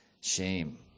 shame